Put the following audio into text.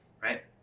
right